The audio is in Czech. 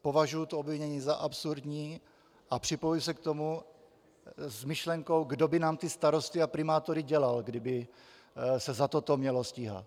Považuji to obvinění za absurdní a připojuji se k tomu s myšlenkou, kdo by nám ty starosty a primátory dělal, kdyby se za toto mělo stíhat.